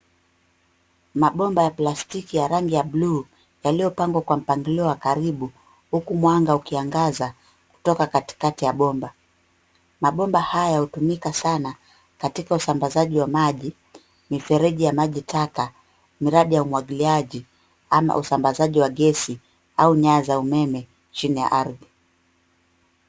Mabomba ya plastiki ya rangi ya bluu yaliyopangwa kwa mpangilio wa karibu huku mwanga ukiangaza kutoka katikati ya bomba. Mabomba haya hutumika sana katika usambazaji wa maji, mifereji ya maji taka ,miradi ya umwagiliaji ama usambazaji wa gesi au nyaya za umeme chini ya ardhi.